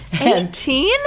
Eighteen